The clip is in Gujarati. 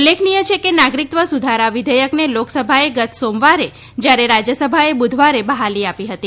ઉલ્લેખનિય છે કે નાગરિકત્વ સુધારા વિઘેયકને લોકસભાએ ગત સોમવારે જ્યારે રાજ્યસભાએ બુધવારે બહાલી આપી હતી